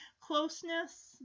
closeness